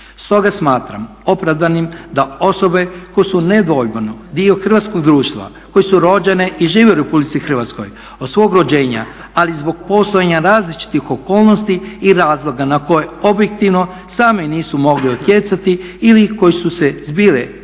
Stoga smatram opravdanim da osobe koje su nedvojbeno dio hrvatskog društva koje su rođene i žive u RH od svog rođenja ali zbog postojanja različitih okolnosti i razloga na koje objektivno same nisu mogle utjecati ili koje su se zbile čak i